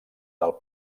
del